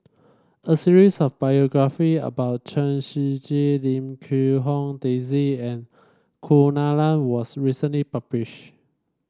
a series of biography about Chen Shiji Lim Quee Hong Daisy and Kunalan was recently published